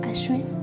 Ashwin